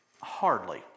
Hardly